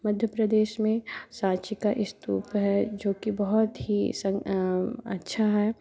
मध्य प्रदेश में सांची का स्तूप है जोकि बहुत ही संग अच्छा है